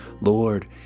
Lord